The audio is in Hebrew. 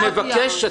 אני מבקש.